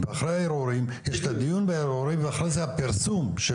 אחרי הערעורים יש את הדיון בערעורים ואחרי זה הפרסום של